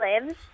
lives